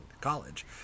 college